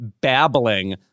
babbling